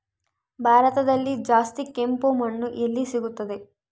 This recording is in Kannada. ಭಾರತದಲ್ಲಿ ಜಾಸ್ತಿ ಕೆಂಪು ಮಣ್ಣು ಎಲ್ಲಿ ಸಿಗುತ್ತದೆ?